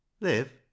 Live